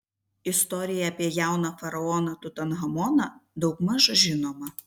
istorija apie jauną faraoną tutanchamoną daugmaž žinoma